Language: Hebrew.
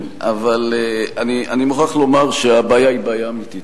אני מוכרח לומר שהבעיה היא בעיה אמיתית.